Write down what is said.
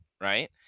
right